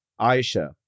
Aisha